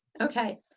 Okay